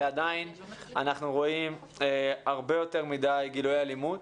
ועדיין אנחנו רואים הרבה יותר מידי גילויי אלימות.